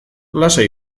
lasai